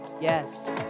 yes